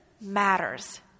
matters